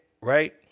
right